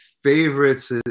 Favorites